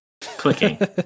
Clicking